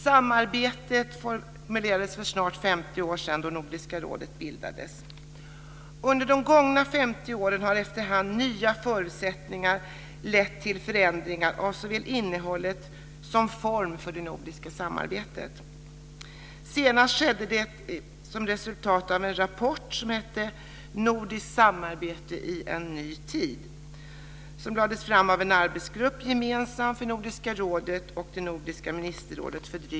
Samarbetet formulerades för snart 50 år sedan, då Nordiska rådet bildades. Under de gångna 50 åren har efterhand nya förutsättningar lett till förändringar av såväl innehållet som formen för det nordiska samarbetet. Senast skedde det som resultat av en rapport som heter Nordiskt samarbete i en ny tid. Den lades fram för drygt sex år sedan av en arbetsgrupp som var gemensam för Nordiska rådet och Nordiska ministerrådet.